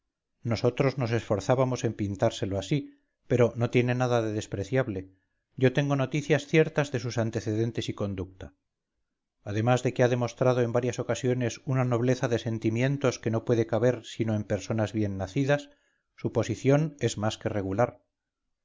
nosotros nos esforzábamos en pintárselo así pero no tiene nada de despreciable yo tengo noticias ciertas de sus antecedentes y conducta además de que ha demostrado en varias ocasiones una nobleza de sentimientos que no puede caber sino en personas bien nacidas su posición es más que regular